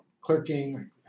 clerking